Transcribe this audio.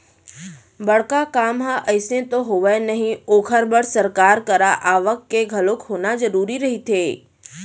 बड़का काम ह अइसने तो होवय नही ओखर बर सरकार करा आवक के घलोक होना जरुरी रहिथे